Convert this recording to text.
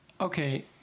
Okay